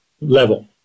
level